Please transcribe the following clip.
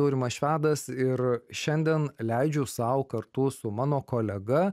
aurimas švedas ir šiandien leidžiu sau kartu su mano kolega